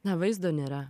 na vaizdo nėra